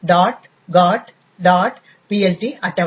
plt அட்டவணை